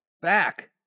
back